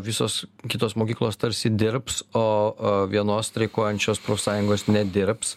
visos kitos mokyklos tarsi dirbs o vienos streikuojančios profsąjungos nedirbs